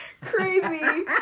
crazy